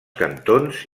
cantons